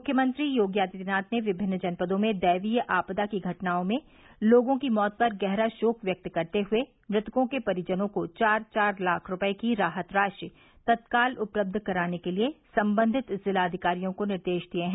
मुख्यमंत्री योगी आदित्यनाथ ने विभिन्न जनपदों में दैवीय आपदा की घटनाओं में लोगों की मौत पर गहरा शोक व्यक्त करते हए मृतकों के परिजनों को चार चार लाख रूपये की राहत राशि तत्काल उपलब्ध कराने के लिए संबंधित जिलाधिकारियों को निर्देश दिये है